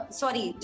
sorry